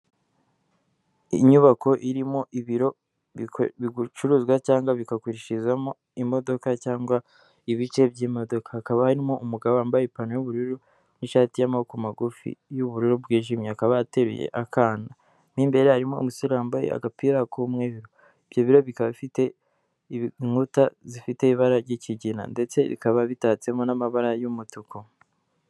Inyubako irimo ibiro bicuruza cyangwa bikagurishirizamo imodoka cyangwa ibice by'imodoka, hakaba harimo umugabo wambaye ipanta y'ubururu n'ishati y'amaboko magufi y'ubururu bwijimye, akaba ateruye akana, mo imbere harimo umusore wambaye agapira k'umweru. Ibyo biro bikaba bifite inkuta zifite ibara ry'ikigina, ndetse bikaba bitatsemo n'amabara y'umutuku.